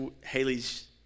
Haley's